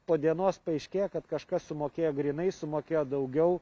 po dienos paaiškėja kad kažkas sumokėjo grynais sumokėjo daugiau